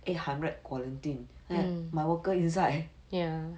eight hundred quarantine err my worker inside